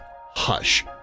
Hush